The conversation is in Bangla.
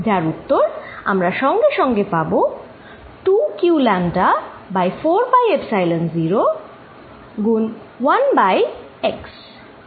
যার উত্তর আমরা সঙ্গে সঙ্গে পাব 2q λ বাই 4 পাই এপসাইলন 0 গুন1 বাই x